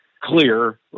clear